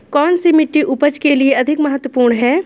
कौन सी मिट्टी उपज के लिए अधिक महत्वपूर्ण है?